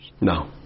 No